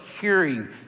hearing